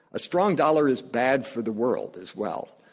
a strong dollar is bad for the world as well.